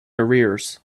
arrears